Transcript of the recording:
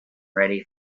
ready